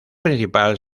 principal